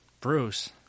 Bruce